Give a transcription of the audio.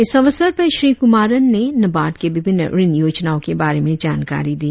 इस अवसर पर श्री कुमारण ने नाबार्ड के विभिन्न ऋण योजनाओं के बारे में जानकारी दी